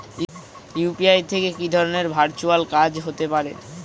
UPI থেকে কি ধরণের ভার্চুয়াল কাজ হতে পারে?